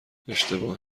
اشتباه